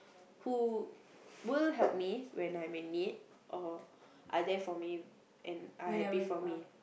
who will help me when I'm in need or are there for me and happy for me